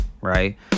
Right